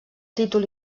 títol